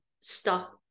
stop